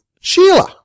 Sheila